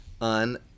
on